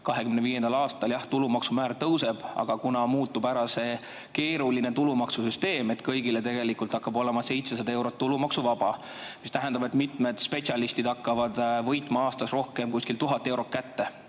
2025. aastal jah tulumaksu määr tõuseb, aga kuna muutub see keeruline tulumaksusüsteem, kõigile tegelikult hakkab olema 700 eurot tulumaksuvaba, siis see tähendab, et mitmed spetsialistid hakkavad saama aastas rohkem kui 1000 eurot kätte.